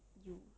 you